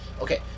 Okay